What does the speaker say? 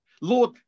Lord